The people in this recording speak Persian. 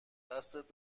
دستت